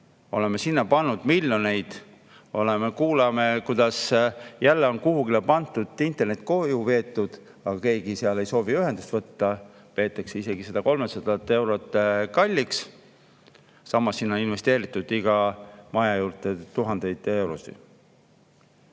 oleme sinna pannud miljoneid. Kuuleme, kuidas jälle on kuhugi internet koju veetud, aga keegi seal ei soovi ühendust [luua], peetakse isegi 300 eurot kalliks, samas on investeeritud iga maja juurde tuhandeid